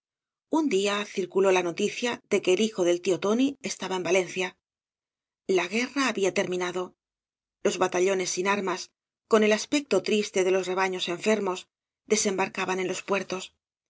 un día circuló la noticia de que el hijo del tío tóai estaba en valencia la guerra había terminado los batallones sin armas con el aspecto triste de los rebaños enfermos desembarcaban en los puertos